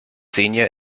senior